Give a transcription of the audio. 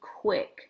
quick